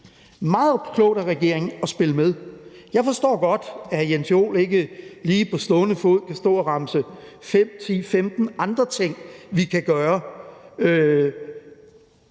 meget klogt – af regeringen at spille med. Jeg forstår godt, at hr. Jens Joel ikke lige på stående fod kan stå og remse 5, 10, 15 andre ting op, som vi kan gøre,